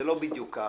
זה לא בדיוק כך,